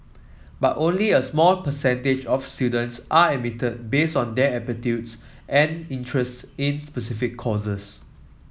but only a small percentage of students are admitted based on their aptitude and interest in specific courses